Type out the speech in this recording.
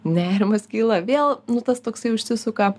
nerimas kyla vėl nu tas toksai užsisuka